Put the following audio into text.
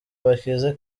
bakize